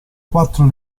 quattro